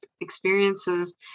experiences